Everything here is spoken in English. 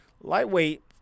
lightweight